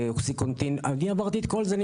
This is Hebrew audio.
אני עברתי את כל זה.